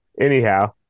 anyhow